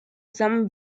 simple